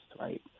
right